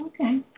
Okay